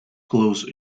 close